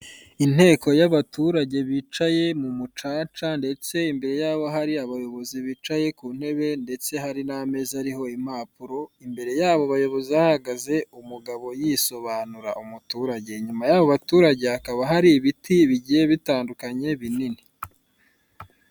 Inteko y'abaturage bicaye mu mucaca ndetse imbere yabo hari abayobozi bicaye ku ntebe ndetse hari n'ameza ariho nimpapuro. Imbere yabo bayobozi hahagaze umugabo yisobanura, umuturage nyine. Inyuma yabo baturage hakaba hari ibiti bigiye bitandukanye binini.